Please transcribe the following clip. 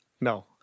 no